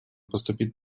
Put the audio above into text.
поступить